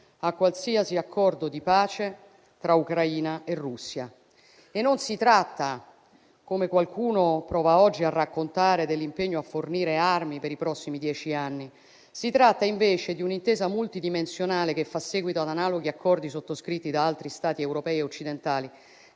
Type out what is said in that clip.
a qualsiasi accordo di pace tra Ucraina e Russia. Non si tratta, come qualcuno prova oggi a raccontare, dell'impegno a fornire armi per i prossimi dieci anni; si tratta, invece, di un'intesa multidimensionale che fa seguito ad analoghi accordi sottoscritti da altri Stati europei e occidentali,